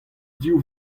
div